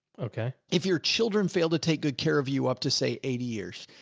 okay. if your children failed to take good care of you up to say eight years,